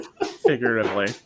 figuratively